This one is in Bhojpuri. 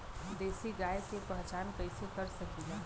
देशी गाय के पहचान कइसे कर सकीला?